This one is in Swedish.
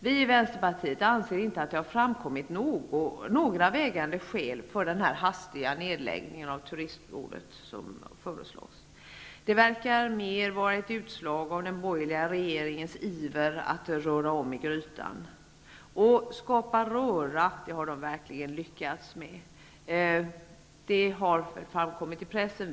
Vi i Vänsterpartiet anser inte att det framkommit några vägande skäl för den hastiga nedläggning av Turistrådet som föreslås. Den verkar mer vara ett utslag av den borgerliga regeringens iver att röra om i grytan. Och att skapa röra har de verkligen lyckats med -- det har framkommit i pressen.